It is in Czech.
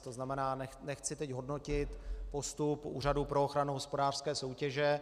To znamená, nechci teď hodnotit postup Úřadu pro ochranu hospodářské soutěže.